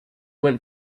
went